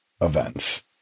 events